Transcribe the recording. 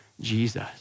Jesus